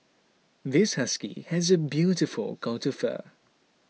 this husky has a beautiful coat of fur